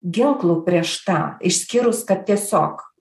ginklų prieš tą išskyrus kad tiesiog